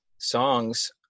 songs